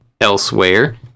Elsewhere